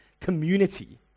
community